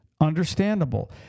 Understandable